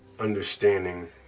understanding